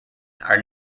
are